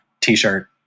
t-shirt